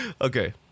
Okay